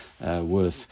worth